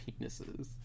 penises